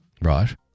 Right